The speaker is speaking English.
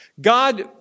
God